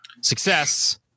Success